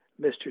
Mr